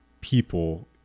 people